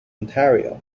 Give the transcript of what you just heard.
ontario